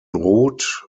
route